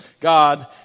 God